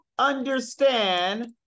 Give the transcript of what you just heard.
understand